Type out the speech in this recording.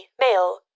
male